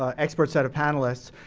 ah experts at a panelist.